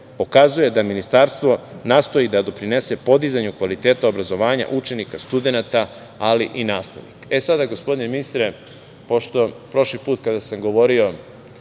pokazuje da ministarstvo nastoji da doprinese podizanju kvaliteta obrazovanja učenika, studenata, ali i nastavnika. Sada, gospodine ministre, pošto prošli put kada sam govorio,